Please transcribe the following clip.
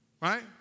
right